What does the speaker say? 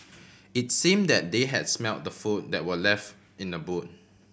it's seem that they had smelt the food that were left in the boot